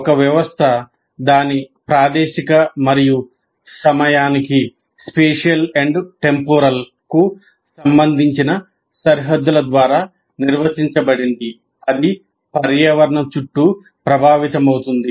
ఒక వ్యవస్థ దాని ప్రాదేశిక మరియు సమయానికి చేయగలము అనే వాటి ద్వారా ప్రభావితమవుతుంది